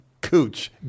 Cooch